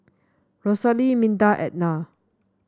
Rosalia Minda Etna